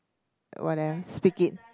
what else speak it